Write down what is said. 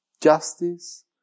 Justice